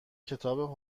کتاب